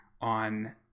on